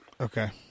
okay